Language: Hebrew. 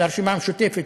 של הרשימה המשותפת,